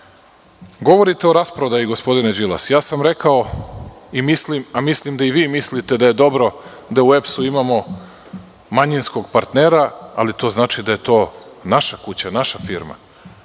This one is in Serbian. kaže. Govorite o rasprodaji, gospodine Đilas, ja sam rekao, a mislim da i vi mislite da je dobro da u EPS-u imamo manjinskog partnera, ali to znači da je to naša kuća, naša firma,